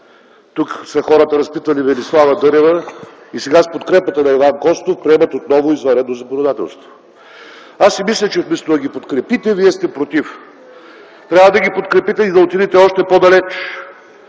Тук са хората, разпитвали Велислава Дърева и сега с подкрепата на Иван Костов приемат отново извънредно законодателство. Аз си мисля, че вместо да ги подкрепите, Вие сте „против”. Трябва да ги подкрепите и да отидете още по-далече.